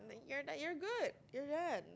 you're done you're good you're done